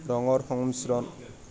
ৰঙৰ সংমিশ্ৰণ